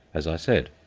as i said.